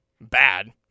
bad